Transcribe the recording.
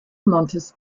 montes